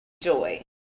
Joy